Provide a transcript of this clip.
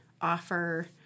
offer